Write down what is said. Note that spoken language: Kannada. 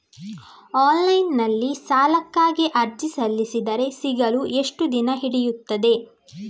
ಆನ್ಲೈನ್ ನಲ್ಲಿ ಸಾಲಕ್ಕಾಗಿ ಅರ್ಜಿ ಸಲ್ಲಿಸಿದರೆ ಸಿಗಲು ಎಷ್ಟು ದಿನ ಹಿಡಿಯುತ್ತದೆ?